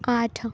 ଆଠ